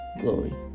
Glory